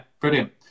brilliant